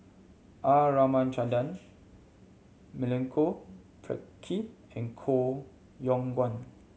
R Ramachandran Milenko Prvacki and Koh Yong Guan